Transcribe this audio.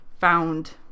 Found